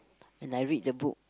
when I read the book